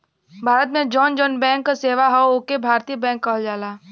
भारत में जौन जौन बैंक क सेवा हौ ओके भारतीय बैंक कहल जाला